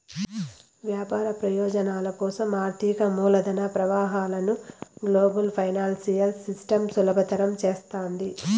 వ్యాపార ప్రయోజనాల కోసం ఆర్థిక మూలధన ప్రవాహాలను గ్లోబల్ ఫైనాన్సియల్ సిస్టమ్ సులభతరం చేస్తాది